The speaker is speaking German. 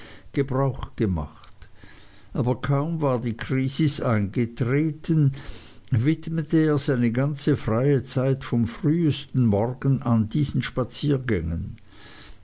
gebrauch gemacht aber kaum war die krisis eingetreten widmete er seine ganze freie zeit vom frühesten morgen an diesen spaziergängen